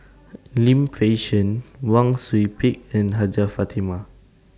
Lim Fei Shen Wang Sui Pick and Hajjah Fatimah